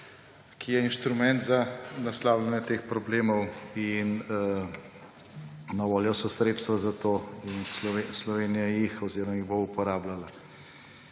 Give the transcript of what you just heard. ki je inštrument za naslavljanje teh problemov. In na voljo so sredstva za to in Slovenija jih oziroma jih bo uporabljala.